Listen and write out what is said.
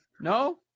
no